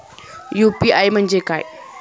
UPI म्हणजे काय?